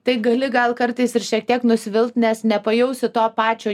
tai gali gal kartais ir šiek tiek nusivilt nes nepajausi to pačio